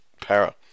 Para